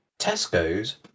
Tesco's